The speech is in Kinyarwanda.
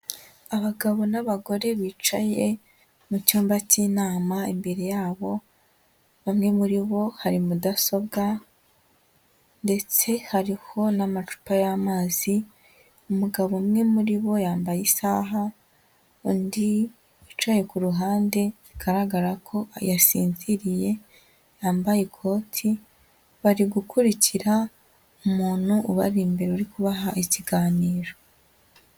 Abagabo n'abagore bicaye mu cyumba cy'inama, imbere yabo bamwe muri bo hari mudasobwa ndetse hariho n'amacupa y'amazi, umugabo umwe muri bo yambaye isaha, undi wicaye ku ruhande bigaragara ko yasinziriye, yambaye ikoti bari gukurikira umuntu ubari imbere uri kubaha ikiganiro.